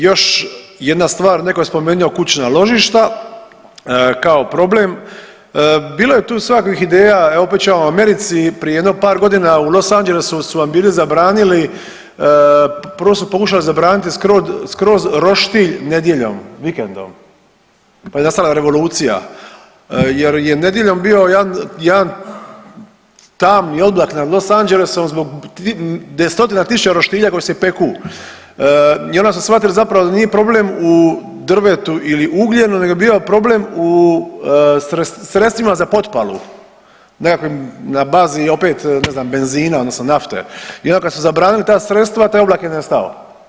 Još jedna stvar, netko je spomenuo kućna ložišta kao problem, bilo je tu svakakvih ideja, evo opet ću ja o Americi, prije jedno par godina u Los Angelesu su svima bili zabranili, prvo su pokušali zabraniti skroz roštilj nedjeljom vikendom pa je nastala revolucija jer je nedjeljom bio jedan tami oblak nad Los Angelesom gdje je stotina tisuća roštilja koji se peku i onda su shvatili zapravo da nije problem u drvetu ili ugljenu nego je bio problem u sredstvima za potpalu, nekakvim na bazi opet ne znam benzina odnosno nafte i onda kada su zabranili ta sredstva taj oblak je nestao.